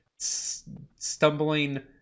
stumbling